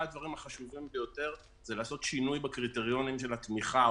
אחד הדברים החשובים ביותר זה לעשות שינויים בקריטריונים של התמיכה,